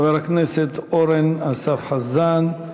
חבר הכנסת אורן אסף חזן.